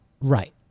right